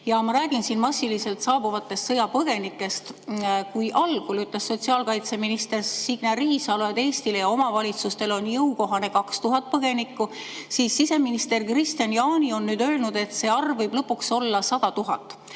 Ma räägin siin massiliselt saabuvatest sõjapõgenikest. Kui algul ütles sotsiaalkaitseminister Signe Riisalo, et Eestile ja omavalitsustele on jõukohane 2000 põgenikku, siis siseminister Kristian Jaani on nüüd öelnud, et see arv võib lõpuks olla 100 000.